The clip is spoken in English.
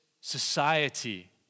society